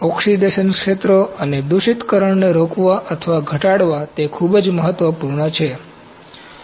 oxidation ક્ષેત્રો અને દૂષિતકરણને રોકવા અથવા ઘટાડવા તે ખૂબ જ મહત્વપૂર્ણ છે